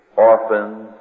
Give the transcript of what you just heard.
orphans